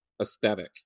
aesthetic